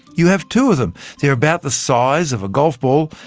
you have two of them. they're about the size of a golf ball,